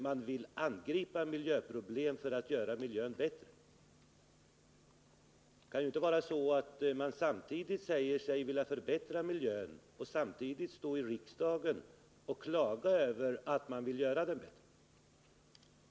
Man vill angripa miljöproblem för att göra miljön bättre. Det kan ju inte vara så att man säger sig vilja förbättra miljön och samtidigt står i riksdagen och klagar över att vi vill göra den bättre.